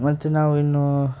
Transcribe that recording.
ಮತ್ತು ನಾವು ಇನ್ನೂ